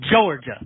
Georgia